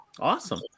Awesome